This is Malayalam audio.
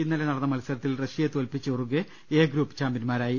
ഇന്നലെ നടന്ന മത്സരത്തിൽ റഷ്യയെ തോൽപിച്ച് ഉറുഗെ എ ്ഗ്രൂപ്പ് ചാമ്പ്യന്മാരായി